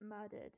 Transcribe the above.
murdered